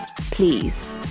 Please